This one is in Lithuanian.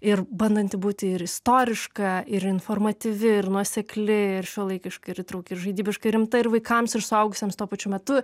ir bandanti būti ir istoriška ir informatyvi ir nuosekli ir šiuolaikiška ir įtrauki ir žaidybiška ir rimta ir vaikams ir suaugusiems tuo pačiu metu